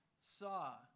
saw